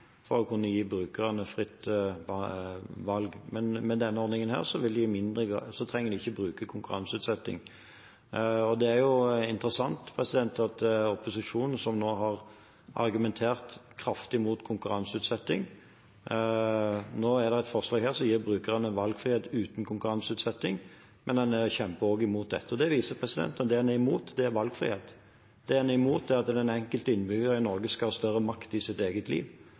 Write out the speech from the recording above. for å kunne gi brukerne fritt valg. Men med denne ordningen trenger de ikke bruke konkurranseutsetting. Det er jo interessant at opposisjonen har argumentert kraftig imot konkurranseutsetting. Nå er det et forslag her som gir brukerne valgfrihet uten konkurranseutsetting, men man kjemper også imot dette. Det viser at det en er imot, det er valgfrihet. Det en er imot, er at den enkelte innbygger i Norge skal ha større makt i sitt eget liv.